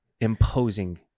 imposing